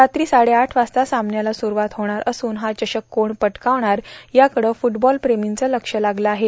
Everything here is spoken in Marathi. रात्री साडेआठ वाजता सामन्याला सुरूवात होणार असून हा चषक कोण पटकावणार याकडं फ्रटबॉल प्रेमींचं लक्ष लागलं आहे